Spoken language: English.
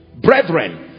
Brethren